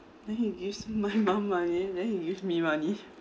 then he gives my mom money then he give me money